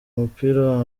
mupira